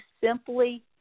simply